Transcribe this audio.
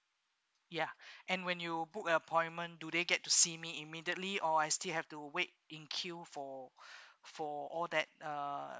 ya and when you book appointment do they get to see me immediately or I still have to wait in queue for for all that uh